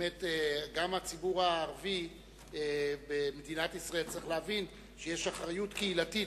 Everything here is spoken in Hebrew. שבאמת גם הציבור הערבי במדינת ישראל צריך להבין שיש אחריות קהילתית,